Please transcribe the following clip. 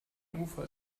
ufer